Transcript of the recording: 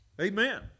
Amen